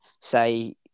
say